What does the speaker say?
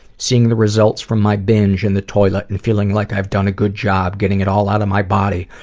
seeing the results from my binge in the toilet and feeling like i've done a good job getting it all out of my body.